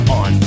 on